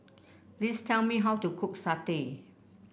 please tell me how to cook satay